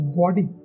body